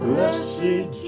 Blessed